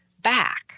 back